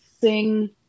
sing